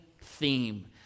theme